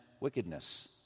wickedness